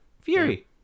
Fury